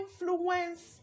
influence